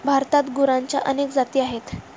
भारतात गुरांच्या अनेक जाती आहेत